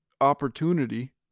opportunity